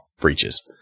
breaches